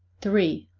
three.